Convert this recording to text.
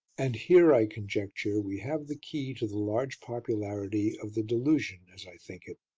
and here, i conjecture, we have the key to the large popularity of the delusion as i think it.